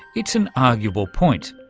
it's an arguable point,